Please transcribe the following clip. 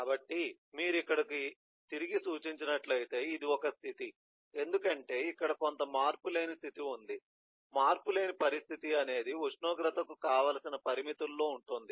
కాబట్టి మీరు ఇక్కడకు తిరిగి సూచించినట్లయితే ఇది ఒక స్థితి ఎందుకంటే ఇక్కడ కొంత మార్పులేని స్థితి ఉంది మార్పులేని పరిస్థితి అనేది ఉష్ణోగ్రత కు కావలసిన పరిమితుల్లో ఉంటుంది